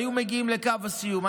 היו מגיעים לקו הסיום.